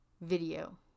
video